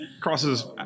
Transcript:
crosses